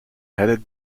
headed